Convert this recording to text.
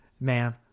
man